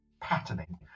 patterning